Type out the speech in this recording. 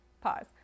pause